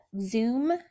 Zoom